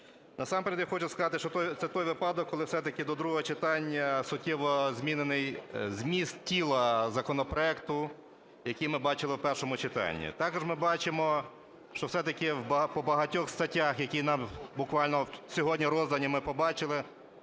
Насамперед, я хочу сказати, що це той випадок, коли все-таки до другого читання суттєво змінений зміст тіла законопроекту, який ми бачили в першому читанні. Також ми бачимо, що все-таки по багатьох статтях, які нам буквально сьогодні роздані, ми побачили,